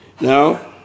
now